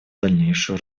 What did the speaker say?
дальнейшую